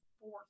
four